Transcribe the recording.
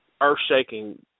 earth-shaking